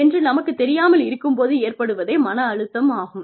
என்று நமக்குத் தெரியாமல் இருக்கும் போது ஏற்படுவதே மன அழுத்தம் ஆகும்